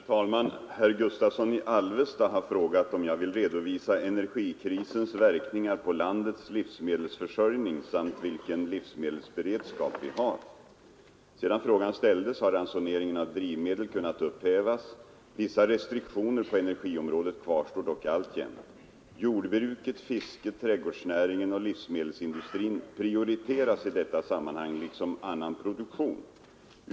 Herr talman! Herr Gustavsson i Alvesta har frågat om jag vill redovisa energikrisens verkningar på landets livsmedelsförsörjning samt vilken livsmedelsberedskap vi har. Sedan frågan ställdes har ransoneringen av drivmedel kunnat upphävas. Vissa restriktioner på energiområdet kvarstår dock alltjämt. Jordbruket, fisket, trädgårdsnäringen och livsmedelsindustrin prioriteras i detta sammanhang liksom annan produktion.